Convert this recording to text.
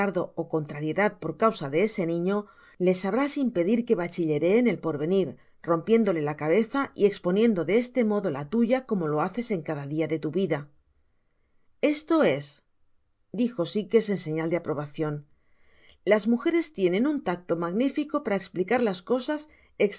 ó contrariedad por causa de ese niño le sabrás impedir que bachülerée en el porvenir rompiéndole la cabeza y exponiendo de este modo la tuya como lo haces en cada dia de tu vida esto es dijo sikes en señal de aprobacion las mugeres tienen un tacto magnifico para esplicar las cosas